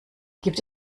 gibt